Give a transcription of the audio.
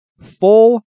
full